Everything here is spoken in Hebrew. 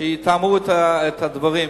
לתאם את הדברים.